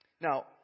Now